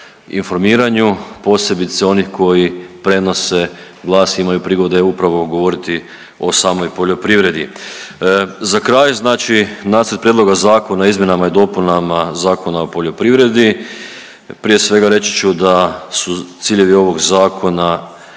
informiranju, posebice oni koji prenose glas imaju prigode upravo govoriti o samoj poljoprivredi. Za kraj znači Nacrt prijedloga zakona o izmjenama i dopunama Zakona o poljoprivredi prije svega reći ću da su ciljevi ovog zakona